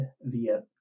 via